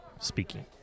speaking